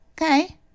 Okay